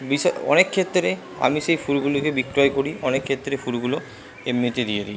বিষ অনেক ক্ষেত্রে আমি সেই ফুলগুলিকে বিক্রয় করি অনেক ক্ষেত্রে ফুলগুলো এমনিতেই দিয়ে দিই